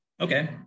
Okay